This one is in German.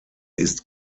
ist